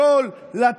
אז בכל אופן,